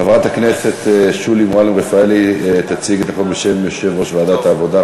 חברת הכנסת שולי מועלם-רפאלי תציג את החוק בשם יושב-ראש ועדת העבודה,